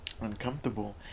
uncomfortable